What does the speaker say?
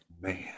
Man